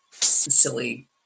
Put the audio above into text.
silly